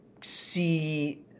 see